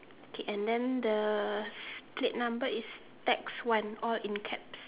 okay and then the plate number is taxi one all in caps